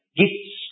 gifts